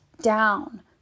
down